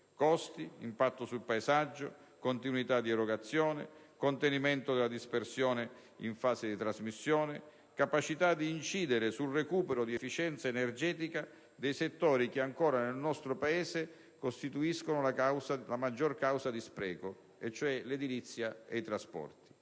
costi, impatto sul paesaggio, continuità di erogazione, contenimento della dispersione in fase di trasmissione, capacità di incidere sul recupero di efficienza energetica dei settori che ancora nel nostro Paese costituiscono la maggiore causa di spreco (cioè l'edilizia e i trasporti).